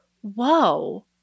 whoa